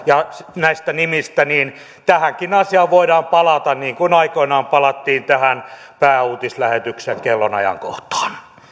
toimituksista ja näistä nimistä niin tähänkin asiaan voidaan palata niin kuin aikoinaan palattiin tähän pääuutislähetyksen kellonajankohtaan